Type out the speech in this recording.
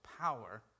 power